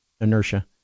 inertia